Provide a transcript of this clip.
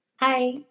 Hi